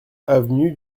avenue